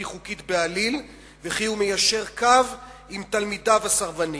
חוקית בעליל וכי הוא מיישר קו עם תלמידיו הסרבנים.